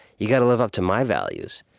you've got to live up to my values.